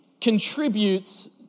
contributes